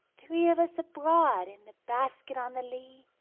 three of us abroad in the basket on the lea.